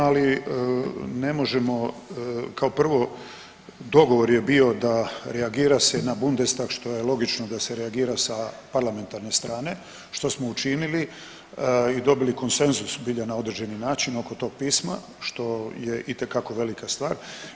Ali ne možemo, kao prvo dogovor je bio da reagira se na Bundestag što je logično da se reagira sa parlamentarne strane što smo učinili i dobili konsenzus zbilja na određeni način oko toga pisma što je itekako velika stvar.